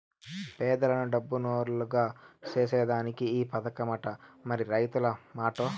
పేదలను డబ్బునోల్లుగ సేసేదానికే ఈ పదకమట, మరి రైతుల మాటో